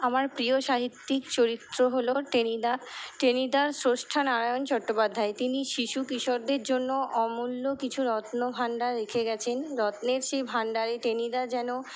আমার প্রিয় সাহিত্যিক চরিত্র হল টেনিদা টেনিদার শ্রেষ্ঠা নারায়ণ চট্টোপাধ্যায় তিনি শিশু কিশোরদের জন্য অমূল্য কিছু রত্নভাণ্ডার রেখে গেছেন রত্নের সেই ভাণ্ডারে টেনিদা যেন